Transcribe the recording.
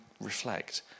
reflect